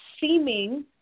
seeming